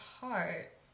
heart